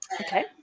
Okay